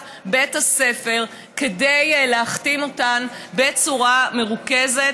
בית הספר כדי להחתים אותן בצורה מרוכזת,